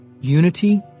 Unity